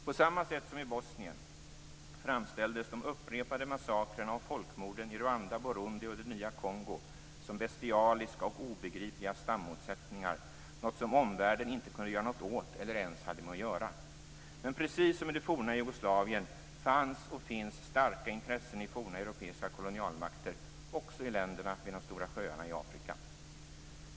På samma sätt som i Bosnien framställdes de upprepade massakrerna och folkmorden i Rwanda, Burundi och det nya Kongo som bestialiska och obegripliga stammotsättningar - något som omvärlden inte kunde göra något åt eller ens hade med att göra. Men precis som i det forna Jugoslavien fanns och finns starka intressen i forna europeiska kolonialmakter också i länderna vid de stora sjöarna i Afrika.